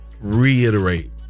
reiterate